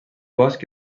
bosc